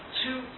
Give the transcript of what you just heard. two